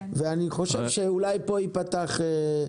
אני חושב שפה תיפתח אפשרות לדיאלוג.